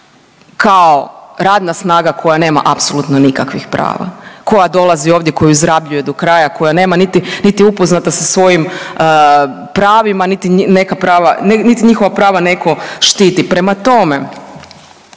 kao radna snaga koja nema apsolutno nikakvih prava, koja dolazi ovdje koju izrabljuju do kraja koja nema niti, niti je upoznata sa svojim pravima, niti prava niti njihova prava neko štiti. Prema tome,